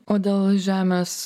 o dėl žemės